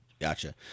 gotcha